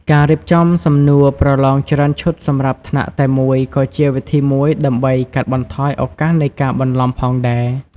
ការរៀបចំសំណួរប្រឡងច្រើនឈុតសម្រាប់ថ្នាក់តែមួយក៏ជាវិធីមួយដើម្បីកាត់បន្ថយឱកាសនៃការបន្លំផងដែរ។